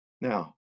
Now